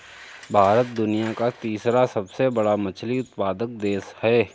भारत दुनिया का तीसरा सबसे बड़ा मछली उत्पादक देश है